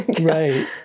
right